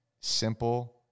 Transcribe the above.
simple